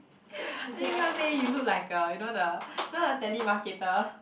I didn't even say you look like a you know the you know the telemarketer